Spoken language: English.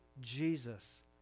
Jesus